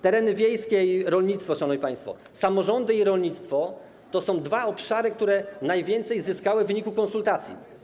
Tereny wiejskie i rolnictwo, szanowni państwo, samorządy i rolnictwo to są dwa obszary, które najwięcej zyskały w wyniku konsultacji.